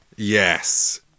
Yes